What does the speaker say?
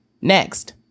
next